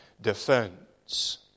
defense